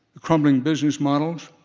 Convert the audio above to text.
crumbling business models,